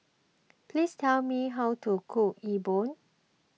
please tell me how to cook